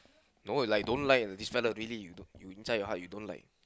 no like don't like this fella really you inside your heart you don't like